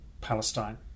Palestine